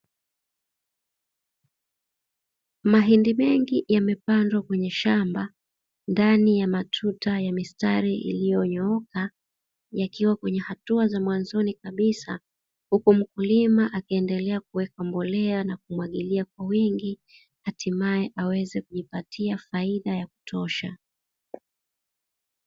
Mahindi mengi yamepandwa kwenye shamba ndani ya matuta ya mistari ilionyooka yakiwa kwenye hatua za mwanzoni kabisa, huku mkulima akiendelea kuweka mbolea na kumwagilia kwa wingi hatimae aweze kujipatia faida ya kutosha.